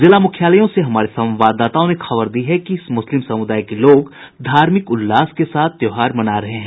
जिला मुख्यालायों से हमारे संवाददाताओं ने खबर दी है कि मुस्लिम समुदाय के लोग धार्मिक उल्लास के साथ त्योहार मना रहे हैं